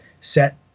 set